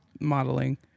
modeling